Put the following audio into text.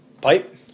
Pipe